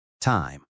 time